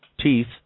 Teeth